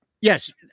Yes